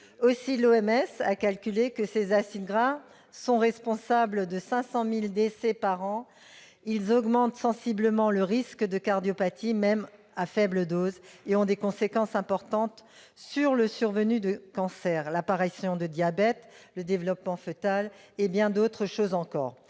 de la santé a calculé que ces acides gras sont responsables de 500 000 décès par an. Ils augmentent sensiblement le risque de cardiopathie, même à faibles doses, et ont des conséquences importantes sur la survenue de cancers, l'apparition du diabète, le développement foetal et bien d'autres choses encore.